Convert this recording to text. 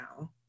now